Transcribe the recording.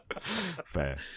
fair